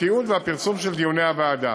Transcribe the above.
התיעוד והפרסום של דיוני הוועדה.